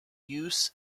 use